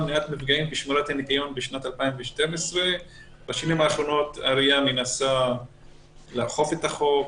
מניעת מפגעים ושמירת הניקיון בשנת 2012. בשנים האחרונות העירייה מנסה לאכוף את החוק,